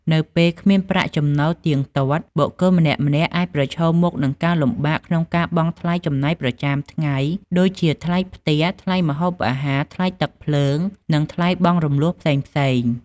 នៅពេលគ្មានប្រាក់ចំណូលទៀងទាត់ បុគ្គលម្នាក់ៗអាចប្រឈមមុខនឹងការលំបាកក្នុងការបង់ថ្លៃចំណាយប្រចាំថ្ងៃ ដូចជាថ្លៃផ្ទះ ថ្លៃម្ហូបអាហារ ថ្លៃទឹកភ្លើង និងថ្លៃបង់រំលស់ផ្សេងៗ។